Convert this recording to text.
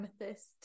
Amethyst